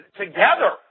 together